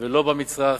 ולא במצרך.